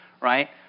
right